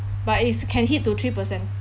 but it's can hit to three percent